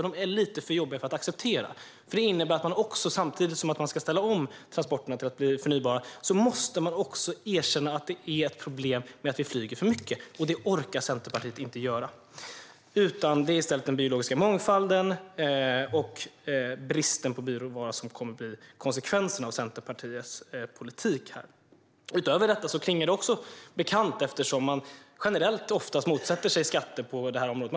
De är lite för jobbiga att acceptera. De innebär nämligen att man samtidigt som man ska ställa om transporterna till att bli förnybara också måste erkänna att det finns ett problem med att vi flyger för mycket. Det orkar inte Centerpartiet göra. Det är i stället påverkan på den biologiska mångfalden och brist på bioråvara som kommer att bli konsekvensen av Centerpartiets politik. Utöver detta klingar det också bekant eftersom man generellt oftast motsätter sig skatter på detta område.